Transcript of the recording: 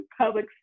public